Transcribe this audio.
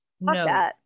No